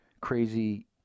crazy